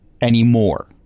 anymore